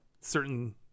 certain